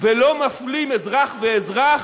ולא מפלים בין אזרח ואזרח,